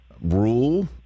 rule